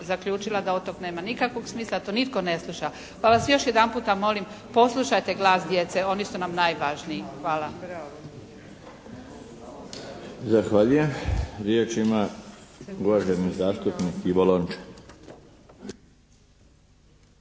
da od tog nema smisla, to nitko ne sluša. Pa vas još jedan puta molim poslušajte glas djece, oni su nam najvažniji. Hvala.